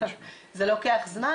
זה לוקח זמן.